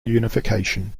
unification